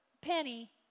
penny